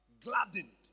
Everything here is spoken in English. gladdened